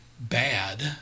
bad